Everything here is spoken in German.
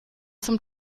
zum